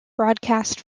broadcast